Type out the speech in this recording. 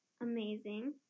amazing